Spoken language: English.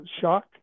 shock